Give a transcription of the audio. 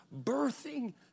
birthing